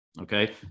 Okay